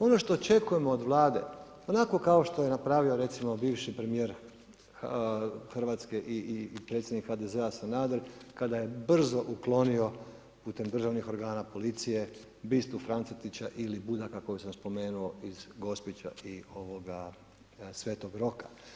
Ono što očekujemo od Vlade, onako kao što je napravio, recimo, bivši premijer Hrvatske i predsjednik HDZ-a Sanader, kada je brzo uklonio putem državnih organa policije bistu Francetića ili Budaka, koju sam spomenuo, iz Gospića i Sv. Roka.